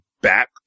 back